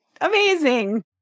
Amazing